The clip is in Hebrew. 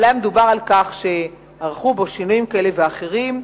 אבל דובר על כך שערכו בו שינויים כאלה ואחרים.